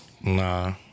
Nah